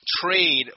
trade